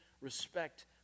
respect